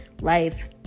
life